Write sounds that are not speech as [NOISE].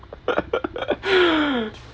[LAUGHS]